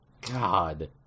God